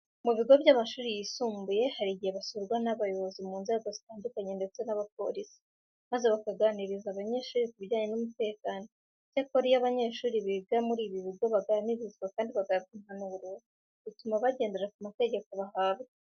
Mu bigo by'amashuri yisumbuye hari igihe basurwa n'abayobozi mu nzego zitandukanye ndetse n'abapolisi maze bakaganiriza abanyeshuri ku bijyanye n'umutekano. Icyakora iyo abanyeshuri biga muri ibi bigo baganirizwa kandi bagahabwa impanuro, bituma bagendera ku mategeko bahabwa.